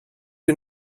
you